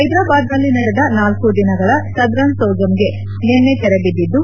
ಹೈದರಾಬಾದ್ನಲ್ಲಿ ನಡೆದ ನಾಲ್ಕು ದಿನಗಳ ಸದರನ್ ಸೋಜಮ್ಗೆ ನಿನ್ನೆ ತೆರೆ ಬಿದ್ದಿದ್ದು